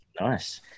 nice